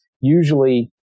usually